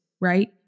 right